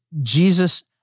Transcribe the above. Jesus